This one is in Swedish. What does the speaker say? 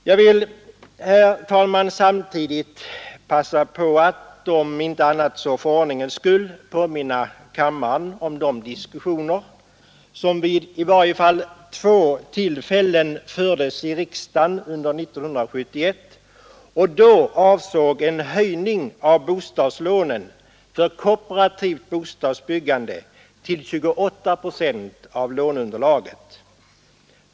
Jag vill också passa på, om inte annat så för ordningens skull, att påminna kammaren om de diskussioner som fördes i riksdagen vid i varje fall två tillfällen under 1971 och som då avsåg en höjning av bostadslånen för kooperativt bostadsbyggande till 28 procent av låneunderlaget.